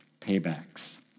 paybacks